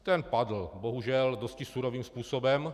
Ten padl bohužel dosti surovým způsobem.